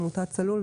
עמותת צלול,